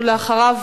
לאחריו,